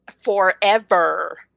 Forever